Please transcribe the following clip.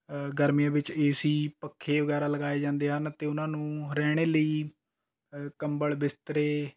ਗਰਮੀਆਂ ਵਿੱਚ A C ਪੱਖੇ ਵਗੈਰਾ ਲਗਾਏ ਜਾਂਦੇ ਹਨ ਅਤੇ ਉਹਨਾਂ ਨੂੰ ਰਹਿਣ ਲਈ ਕੰਬਲ ਬਿਸਤਰੇ